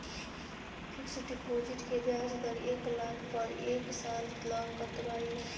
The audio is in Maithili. फिक्सड डिपॉजिट के ब्याज दर एक लाख पर एक साल ल कतबा इ?